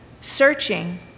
searching